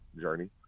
journey